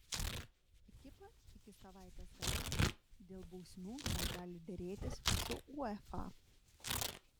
ekipa iki savaitės galo dėl bausmių dar gali derėtis su uefa